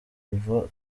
kuva